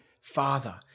Father